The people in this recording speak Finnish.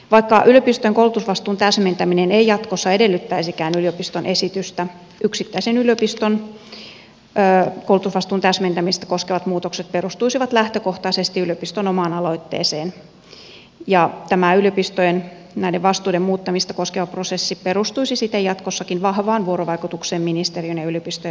vaikka yliopistojen koulutusvastuun täsmentäminen ei jatkossa edellyttäisikään yliopiston esitystä yksittäisen yliopiston koulutusvastuun täsmentämistä koskevat muutokset perustuisivat lähtökohtaisesti yliopiston omaan aloitteeseen ja tämä yliopistojen näiden vastuiden muuttamista koskeva prosessi perustuisi siten jatkossakin vahvaan vuorovaikutukseen ministeriön ja yliopistojen välillä